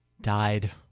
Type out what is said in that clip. died